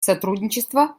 сотрудничества